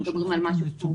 מדובר על כ-70%.